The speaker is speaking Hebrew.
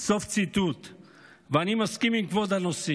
אני מסכים עם כבוד הנשיא,